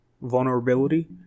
vulnerability